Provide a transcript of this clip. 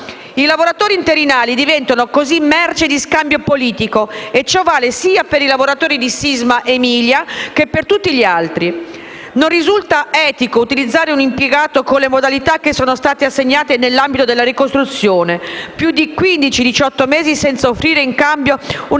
I lavoratori interinali diventano così merce di scambio politico e ciò vale sia per i lavoratori di "Sisma Emilia" che per tutti gli altri. Non risulta etico utilizzare un impiegato, con le modalità che sono state assegnate nell'ambito della ricostruzione, più di quindici-diciotto mesi senza offrire in cambio una